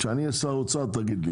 כשאני אהיה שר אוצר תשאל אותי.